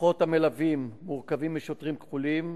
הכוחות המלווים מורכבים משוטרים כחולים,